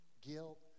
guilt